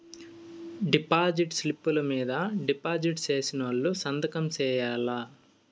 deposit స్లిప్పులు మీద deposit సేసినోళ్లు సంతకం సేయాల్ల